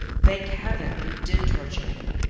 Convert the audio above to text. thank heaven! it did torture me.